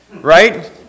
Right